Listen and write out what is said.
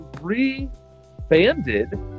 re-banded